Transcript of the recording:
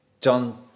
John